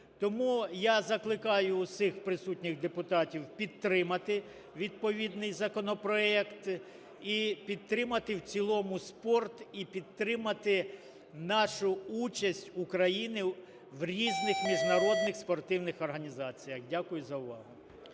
Тому я закликаю усіх присутніх депутатів підтримати відповідний законопроект і підтримати в цілому спорт і підтримати нашу участь, України, в різних міжнародних спортивних організаціях. Дякую за увагу.